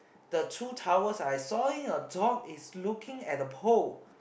the two towels I sawing a dog is looking at a pole